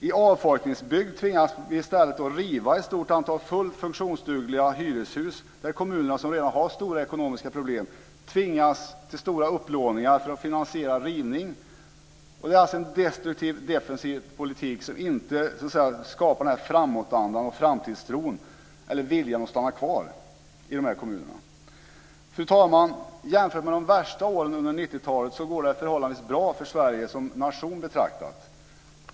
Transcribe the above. I avfolkningsbygd tvingas vi i stället riva ett stort antal fullt funktionsdugliga hyreshus där kommunerna, som redan har stora ekonomiska problem, tvingas till stora upplåningar för att finansiera rivning. Det är alltså en destruktiv, defensiv politik som inte skapar den här framåtandan och framtidstron eller viljan att stanna kvar i de här kommunerna. Fru talman! Jämfört med de värsta åren under 90 talet går det förhållandevis bra för Sverige som nation betraktat.